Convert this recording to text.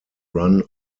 run